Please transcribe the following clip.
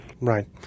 right